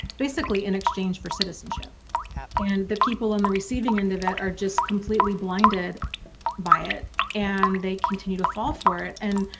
basically in exchange for citizenship and the people and the receiving end of it are just completely blinded by it and they continue to fall for it and